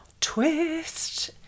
Twist